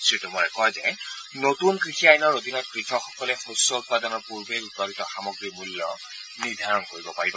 শ্ৰী টোমৰে কয় যে নতুন কৃষি আইনৰ অধীনত কৃষকসকলে শস্য উৎপাদনৰ পূৰ্বে উৎপাদিত সামগ্ৰীৰ মূল্য নিৰ্ধাৰণ কৰিব পাৰি